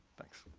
thanks.